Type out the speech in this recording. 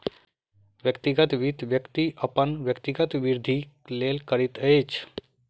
व्यक्तिगत वित्त, व्यक्ति अपन व्यक्तिगत वृद्धिक लेल करैत अछि